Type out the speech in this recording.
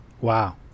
wow